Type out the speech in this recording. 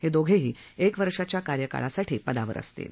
हद्विघहीीएक वर्षाच्या कार्यकाळासाठी पदावर असतील